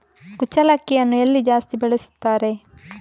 ಕುಚ್ಚಲಕ್ಕಿಯನ್ನು ಎಲ್ಲಿ ಜಾಸ್ತಿ ಬೆಳೆಸುತ್ತಾರೆ?